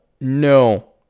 no